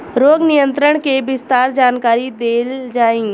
रोग नियंत्रण के विस्तार जानकरी देल जाई?